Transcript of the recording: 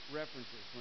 references